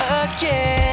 again